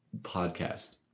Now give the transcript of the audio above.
podcast